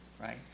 right